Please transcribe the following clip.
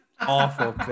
Awful